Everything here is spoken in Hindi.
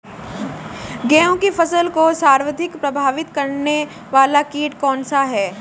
गेहूँ की फसल को सर्वाधिक प्रभावित करने वाला कीट कौनसा है?